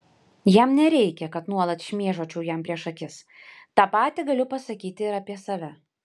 jam nereikia kad nuolat šmėžuočiau jam prieš akis tą patį galiu pasakyti ir apie save